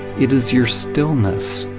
it is your stillness,